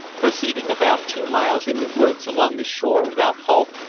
proceeding about two miles in the woods along the shore without halt,